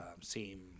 seem